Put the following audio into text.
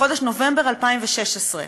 בחודש נובמבר 2016,